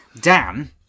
Dan